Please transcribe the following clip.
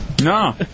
No